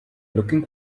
looking